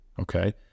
Okay